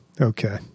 Okay